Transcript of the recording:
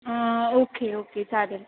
okay okay चालेल